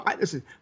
Listen